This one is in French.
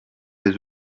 les